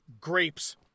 grapes